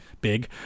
big